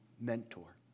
mentor